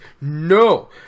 no